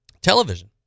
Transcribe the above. television